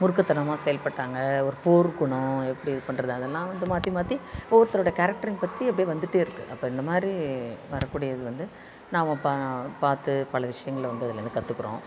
முறுக்கு தனமா செயல்பட்டாங்க ஒரு போர் குணம் எப்படி இது பண்ணுறது அதெல்லாம் வந்து மாற்றி மாற்றி ஒவ்வொருத்துருடைய கேரெக்டரையும் பற்றி அப்டே வந்துகிட்டே இருக்கும் அப்போ இந்த மாதிரி வரக்கூடியது வந்து நாம பா பார்த்து பல விஷயங்களை வந்து அதில் இருந்து கற்றுக்கிறோம்